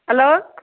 hello